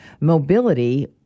mobility